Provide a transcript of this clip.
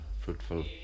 fruitful